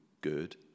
good